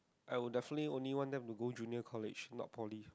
I would definitely only want them to go junior college not Poly